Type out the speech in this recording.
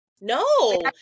No